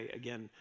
again